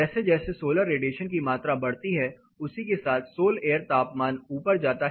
जैसे जैसे solar radiation की मात्रा बढ़ती है उसी के साथ साथ सोल एयर तापमान ऊपर जाता है